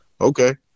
okay